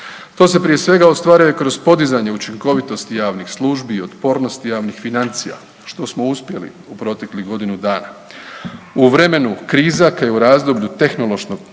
To se prije ostvaruje kroz podizanje učinkovitosti javnih službi i otpornosti javnih financija što smo uspjeli u proteklih godinu dana. U vremenu kriza kao i u razdoblju tehnološkog